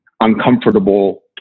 uncomfortable